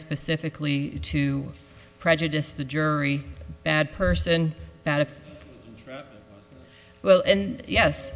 specifically to prejudice the jury bad person well and yes